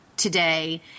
today